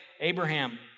Abraham